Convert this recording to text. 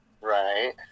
Right